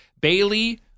Bailey